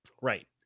Right